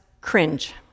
cringe